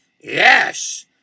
Yes